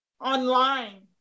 Online